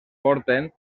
porten